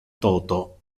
toto